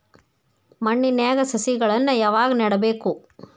ಮಣ್ಣಿನ್ಯಾಗ್ ಸಸಿಗಳನ್ನ ಯಾವಾಗ ನೆಡಬೇಕು?